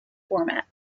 format